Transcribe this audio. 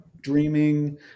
dreaming